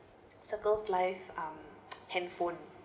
circles life um handphone